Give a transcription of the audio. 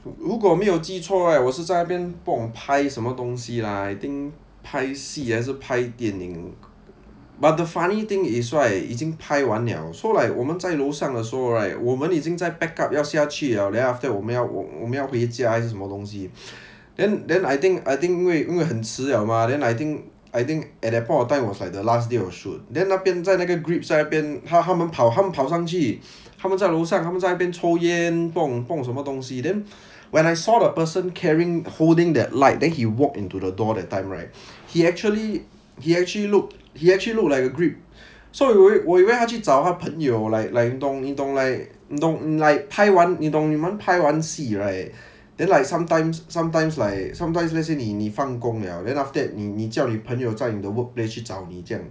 如果没有记错 right 我是在那边不懂拍什么东西 lah I think 拍戏还是拍电影 but the funny thing is right 已经拍完了 so like 我们在楼上的时候 right 我们已经在 pack up 要下去了 then after that 我们要我们要回家还是什么东西 then then I think I think 因为因为很迟了 mah then I think I think at that point of time was like the last day of shoot then 那边在那个 grips 在那边他他们跑他们跑上去他们在楼上他们在那边抽烟不懂不懂什么东西 then when I saw the person carrying holding that light then he walked into the door that time right he actually he actually look he actually look like a grip so 我以为他去找他朋友 like like 懂你懂 like 懂 like 拍完你懂你们拍完戏 right then like sometimes sometimes like sometimes let's say 你放工了 then after that 你你叫你朋友在 in the workplace 去找你这样